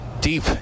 deep